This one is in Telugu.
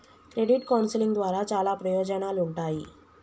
క్రెడిట్ కౌన్సిలింగ్ ద్వారా చాలా ప్రయోజనాలుంటాయి